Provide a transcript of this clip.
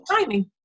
timing